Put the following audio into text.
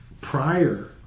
prior